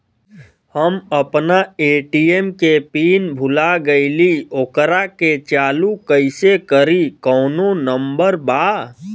हम अपना ए.टी.एम के पिन भूला गईली ओकरा के चालू कइसे करी कौनो नंबर बा?